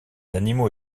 animaux